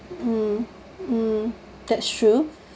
mm mm that's true